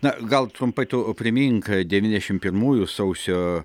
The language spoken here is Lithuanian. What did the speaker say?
na gal trumpai tu primink devyniasdešim pirmųjų sausio